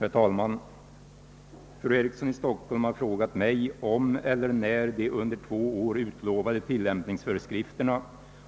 Herr talman! Fru Eriksson i Stockholm har frågat mig, om eller när de under två år utlovade tillämpningsföreskrifterna